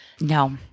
No